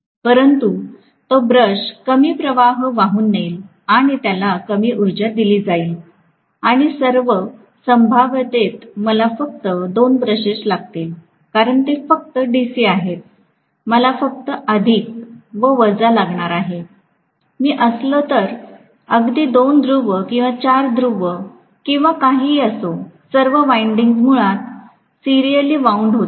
परंतु तो ब्रश कमी प्रवाह वाहून नेईल आणि त्याला कमी उर्जा दिली जाईल आणि सर्व संभाव्यतेत मला फक्त 2 ब्रशेस लागतील कारण ते फक्त डीसी आहे मला फक्त अधिक व वजा लागणार आहे मी असलो तर अगदी 2 ध्रुव किंवा 4 ध्रुव किंवा काहीही असो सर्व विंडिंग्स मुळात सीरिअली वाऊंड होतील